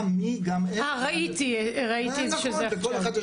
גם מי גם איך --- ראיתי שזה עכשיו.